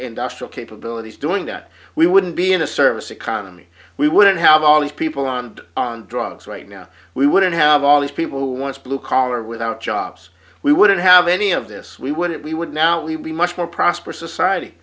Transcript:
industrial capabilities doing that we wouldn't be in a service economy we wouldn't have all these people on on drugs right now we wouldn't have all these people who want to blue collar without jobs we wouldn't have any of this we wouldn't we would now we would be much more prosperous society